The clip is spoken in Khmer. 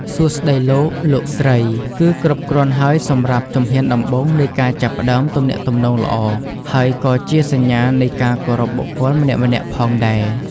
សួស្ដី លោក លោកស្រី គឺគ្រប់គ្រាន់ហើយសម្រាប់ជំហានដំបូងនៃការចាប់ផ្ដើមទំនាក់ទំនងល្អ ហើយក៏ជាសញ្ញានៃការគោរពបុគ្គលម្នាក់ៗផងដែរ។